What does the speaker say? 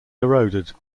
eroded